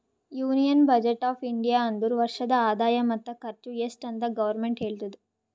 union budget of India ಅಂದುರ್ ವರ್ಷದ ಆದಾಯ ಮತ್ತ ಖರ್ಚು ಎಸ್ಟ್ ಅಂತ್ ಗೌರ್ಮೆಂಟ್ ಹೇಳ್ತುದ